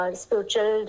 spiritual